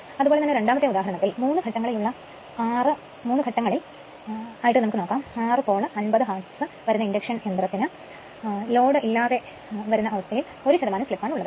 അതുപോലെ തന്നെ രണ്ടാമത്തെ ഉദാഹരണത്തിൽ മൂന്ന് ഘട്ടങ്ങളിൽ ഉള്ള 6 പോൾ 50 ഹാർട്സ് വരുന്ന ഇൻഡക്ഷൻ യന്ത്രത്തിന് ലോഡ് ഇല്ലാതെ ഇരിക്കുമ്പോൾ l സ്ലിപ് ആണ് ഉള്ളത്